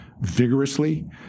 vigorously